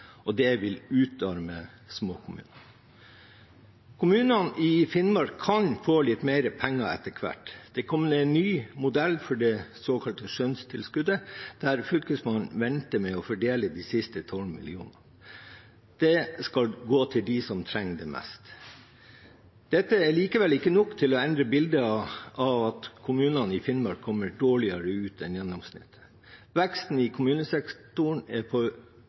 Det vil utarme småkommunene. Kommunene i Finnmark kan få litt mer penger etter hvert. Det har kommet en ny modell for det såkalte skjønnstilskuddet, der Fylkesmannen venter med å fordele de siste 12 mill. kr. Det skal gå til dem som trenger det mest. Dette er likevel ikke nok til å endre bildet av at kommunene i Finnmark kommer dårligere ut enn gjennomsnittet. Veksten i kommunesektoren er på